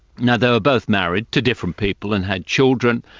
now they were both married, to different people, and had children,